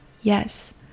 yes